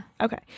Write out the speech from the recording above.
Okay